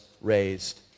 raised